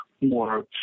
more